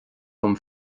dom